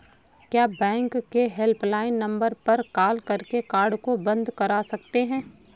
क्या बैंक के helpline number पर कॉल करके कार्ड को बंद करा सकते हैं?